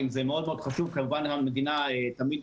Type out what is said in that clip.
אם זה מאוד מאוד חשוב כמובן המדינה תמיד